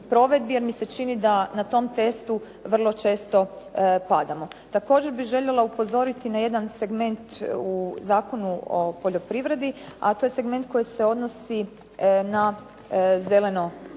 provedbi, jer mi se čini da na tom testu vrlo često padamo. Također bih željela upozoriti na jedan segment u Zakonu o poljoprivredi, a to je segment koji se odnosi na zeleno